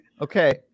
Okay